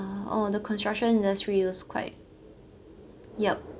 ah oh the construction industry was quite yup